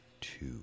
two